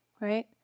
right